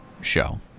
show